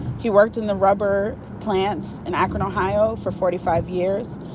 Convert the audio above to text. he worked in the rubber plants in akron, ohio, for forty five years.